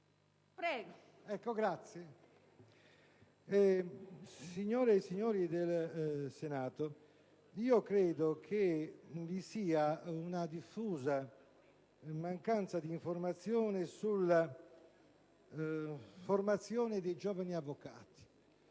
LONGO *(PdL)*. Signore e signori del Senato, io credo che vi sia una diffusa mancanza di informazione sulla formazione dei giovani avvocati.